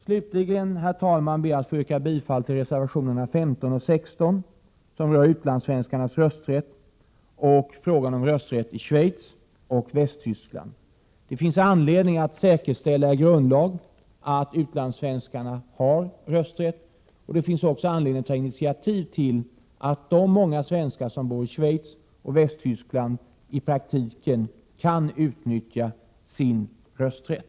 Slutligen, herr talman, ber jag att få yrka bifall till reservationerna 15 och 16 som rör utlandssvenskarnas rösträtt och frågan om rösträtt i Schweiz och Västtyskland. Det finns anledning att i grundlagen säkerställa att utlandssvenskar har rösträtt och anledning att ta initiativ till att de många svenskar som bor i Schweiz och Västtyskland i praktiken kan utnyttja sin rösträtt.